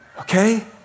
Okay